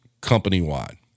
company-wide